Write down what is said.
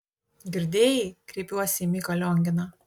girdėjai kreipiuosi į miką lionginą